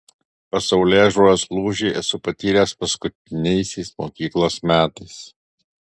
pasaulėžiūros lūžį esu patyręs paskutiniaisiais mokyklos metais